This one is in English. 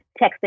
texting